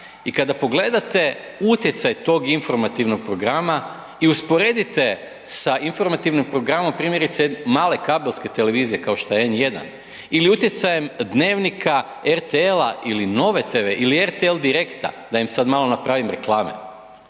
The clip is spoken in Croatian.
i kada pogledate utjecaj tog informativnog programa i usporedite sa informativnim programom primjerice male kabelske televizije kao što je N1 ili utjecajem „Dnevnika“ RTL-a ili Nove TV ili RTL „Direkta“, da im sada malo napravim reklame,